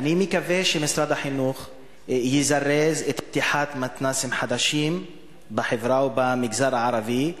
אני מקווה שמשרד החינוך יזרז פתיחת מתנ"סים חדשים בחברה ובמגזר הערבי,